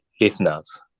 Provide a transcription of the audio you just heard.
listeners